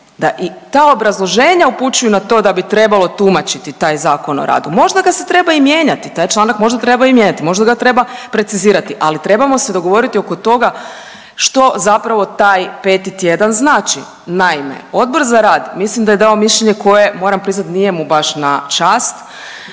da i ta obrazloženja upućuju na to da bi trebalo tumačiti taj Zakon o radu. Možda ga se treba i mijenjati. Taj članak možda treba i mijenja, možda ga treba precizirati, ali trebamo se dogovoriti oko toga što zapravo taj 5 tjedan znači. Naime, Odbor za rad mislim da je dao mišljenje koje moram priznati nije mu baš na čast,